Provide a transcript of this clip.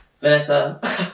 Vanessa